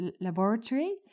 laboratory